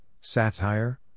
Satire